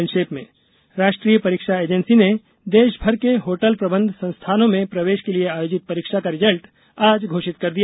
संक्षिप्त समाचार राष्ट्रीय परीक्षा एजेन्सी ने देशभर के होटल प्रबंध संस्थानों में प्रवेश के लिए आयोजित परीक्षा का रिजल्ट आज घोषित कर दिया